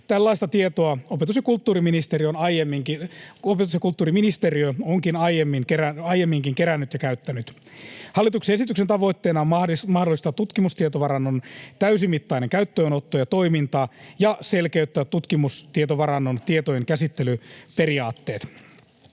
Tällaista tietoa opetus- ja kulttuuriministeriö on aiemminkin kerännyt ja käyttänyt. Hallituksen esityksen tavoitteena on mahdollistaa tutkimustietovarannon täysimittainen käyttöönotto ja toiminta ja selkeyttää tutkimustietovarannon tietojen käsittelyn periaatteet.